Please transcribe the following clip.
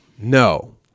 No